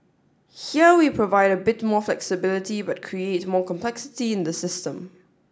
here we provide a bit more flexibility but create more complexity in the system